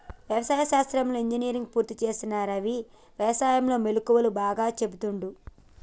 వ్యవసాయ శాస్త్రంలో ఇంజనీర్ పూర్తి చేసిన రవి వ్యసాయం లో మెళుకువలు బాగా చెపుతుండు